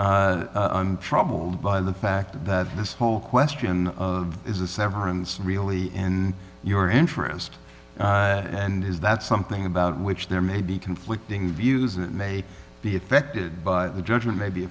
troubled by the fact that this whole question of is the severance really in your interest and is that something about which there may be conflicting views that may be affected by the judgement may be